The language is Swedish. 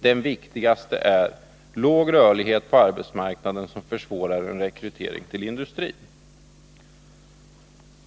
Den viktigaste är låg rörlighet på arbetsmarknaden som försvårar en rekrytering till industrin.